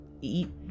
eat